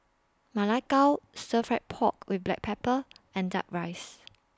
Ma Lai Gao Stir Fry Pork with Black Pepper and Duck Rice